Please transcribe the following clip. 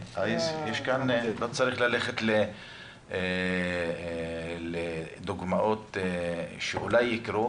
לא צריך ללכת לדוגמאות שאולי יקרו